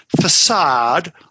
facade